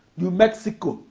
new mexico,